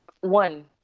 one